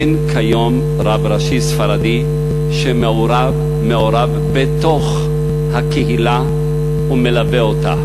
אין כיום רב ראשי ספרדי שמעורב בקהילה ומלווה אותה.